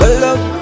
love